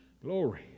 Glory